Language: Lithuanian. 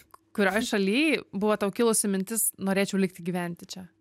kurioj šaly buvo tau kilusi mintis norėčiau likti gyventi čia